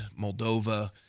Moldova